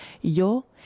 Yo